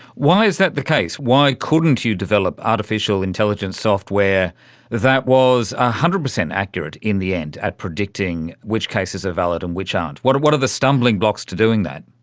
why is that the case? why couldn't you develop artificial intelligence software that was one ah hundred percent accurate in the end at predicting which cases are valid and which aren't? what are what are the stumbling blocks to doing that?